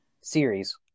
Series